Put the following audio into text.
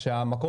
וכשהמקום